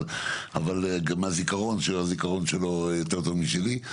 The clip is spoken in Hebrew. אבל גם הזיכרון שלו יותר טוב משלי.